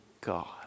God